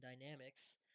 Dynamics